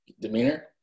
Demeanor